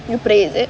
you pray is it